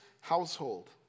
household